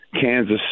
Kansas